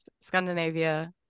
Scandinavia